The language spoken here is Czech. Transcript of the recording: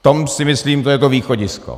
To si myslím, že je to východisko.